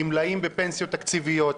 גמלאים בפנסיות תקציביות,